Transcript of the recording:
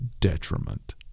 detriment